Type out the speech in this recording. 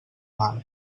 mar